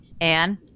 Anne